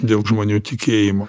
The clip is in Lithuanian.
dėl žmonių tikėjimo